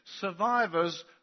Survivors